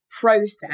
process